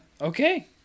Okay